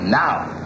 now